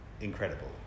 incredible